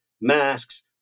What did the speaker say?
masks